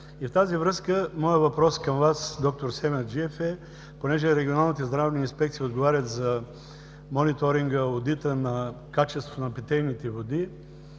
И в тази връзка моят въпрос към Вас, д-р Семерждиев, понеже регионалните здравни инспекции отговарят за мониторинга, одита, качеството на питейните води,